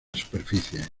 superficie